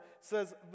says